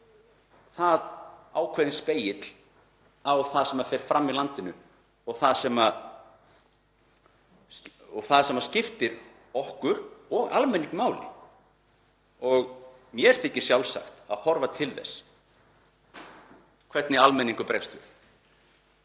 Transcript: það ákveðinn spegill á það sem fer fram í landinu og það sem skiptir okkur og almenning máli. Mér þykir sjálfsagt að horfa til þess hvernig almenningur bregst við.